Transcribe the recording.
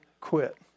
quit